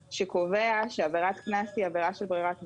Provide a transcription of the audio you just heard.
שקובע שעבירת קנס היא עבירה של ברירת משפט,